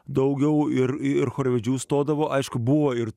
daugiau ir ir chorvedžių stodavo aišku buvo ir